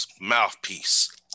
mouthpiece